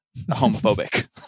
homophobic